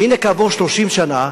והנה, כעבור 30 שנה,